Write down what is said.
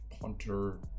punter